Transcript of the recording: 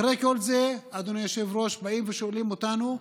אחרי כל זה, אדוני היושב-ראש, באים ושואלים אותנו: